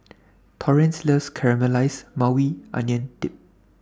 Torrence loves Caramelized Maui Onion Dip